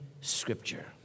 Scripture